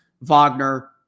Wagner